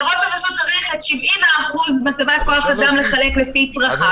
ואז ראש הרשות צריך את 70% מצבת כוח אדם לחלק לפי צרכיו,